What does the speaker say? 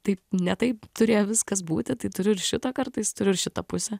taip ne taip turėjo viskas būti tai turiu ir šitą kartais turiu ir šitą pusę